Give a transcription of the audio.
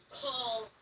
call